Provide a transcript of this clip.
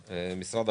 178,